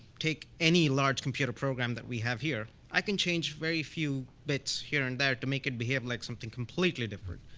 take any large computer program that we have here. i can change very few bits here and there to make it behave like something completely different.